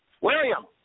William